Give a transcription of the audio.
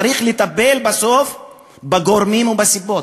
צריך לטפל, בסוף, בגורמים ובסיבות.